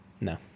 No